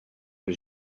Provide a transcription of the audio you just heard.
que